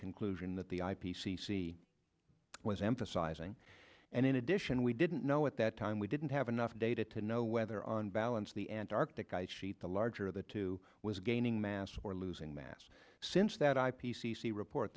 conclusion that the i p c c was emphasizing and in addition we didn't know at that time we didn't have enough data to know whether on balance the antarctic ice sheet the larger of the two was gaining mass or losing mass since that i p c c report